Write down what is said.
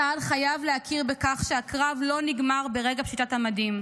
צה"ל חייב להכיר בכך שהקרב לא נגמר ברגע פשיטת המדים.